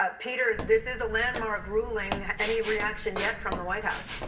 ah peter, this is a landmark ruling. any reaction yet from the white house?